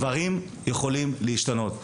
דברים יכולים להשתנות.